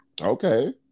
Okay